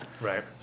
Right